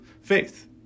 faith